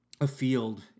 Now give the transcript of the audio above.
afield